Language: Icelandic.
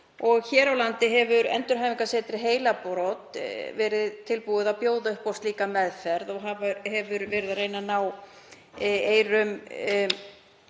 Hér á landi hefur endurhæfingarsetrið Heilabrot verið tilbúið að bjóða upp á slíka meðferð og hefur verið að reyna að ná eyrum